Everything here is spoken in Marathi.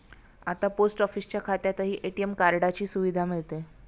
आता पोस्ट ऑफिसच्या खात्यातही ए.टी.एम कार्डाची सुविधा मिळते